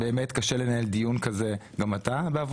גם אתה?